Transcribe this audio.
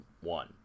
one